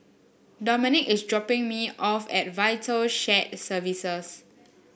Domonique is dropping me off at Vital Shared Services